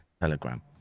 telegram